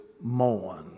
mourn